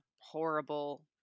horrible